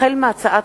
החל בהצעת